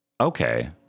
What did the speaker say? okay